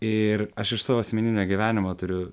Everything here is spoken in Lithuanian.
ir aš iš savo asmeninio gyvenimo turiu